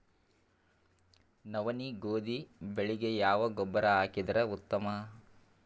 ನವನಿ, ಗೋಧಿ ಬೆಳಿಗ ಯಾವ ಗೊಬ್ಬರ ಹಾಕಿದರ ಉತ್ತಮ?